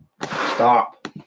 Stop